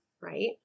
right